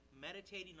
meditating